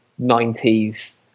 90s